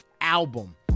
Album